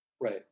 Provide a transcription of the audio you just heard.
Right